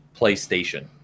PlayStation